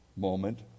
Moment